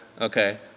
Okay